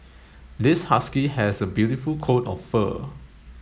this husky has a beautiful coat of fur